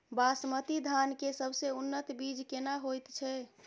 बासमती धान के सबसे उन्नत बीज केना होयत छै?